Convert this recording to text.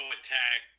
attack